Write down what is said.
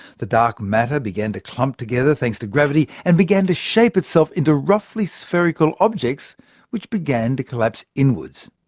the dark matter began to clump together, thanks to gravity, and began to shape itself into roughly spherical objects which began to collapse inwards.